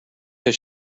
had